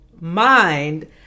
mind